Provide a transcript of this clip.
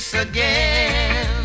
Again